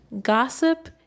Gossip